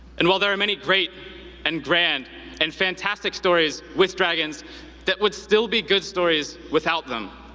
and while there are many great and grand and fantastic stories with dragons that would still be good stories without them,